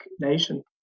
nation